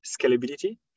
scalability